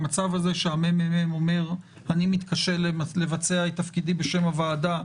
המצב הזה שהממ"מ אומר אני מתקשה לבצע את תפקידי בשם הוועדה,